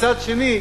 מצד שני,